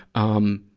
um,